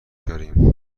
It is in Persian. داریم